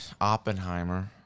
Oppenheimer